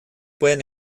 pueden